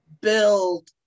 build